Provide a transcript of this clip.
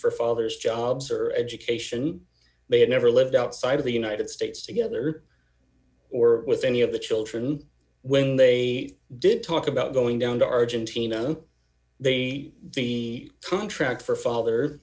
for father's jobs or education they had never lived outside of the united states together or with any of the children when they did talk about going down to argentina they the contract for father